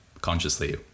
consciously